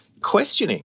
questioning